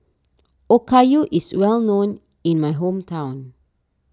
Okayu is well known in my hometown